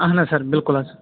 اَہَن حظ سَر بِلکُل حظ